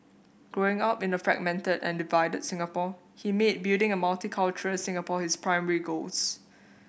growing up in a fragmented and divided Singapore he made building a multicultural Singapore his primary goals